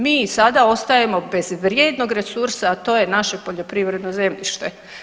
Mi i sada ostajemo bez vrijednog resursa, a to je naše poljoprivredno zemljište.